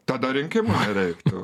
tada rinkimų nereiktų